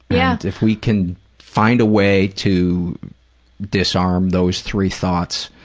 yeah if we can find a way to disarm those three thoughts,